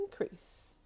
increase